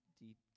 deep